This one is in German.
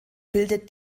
bildet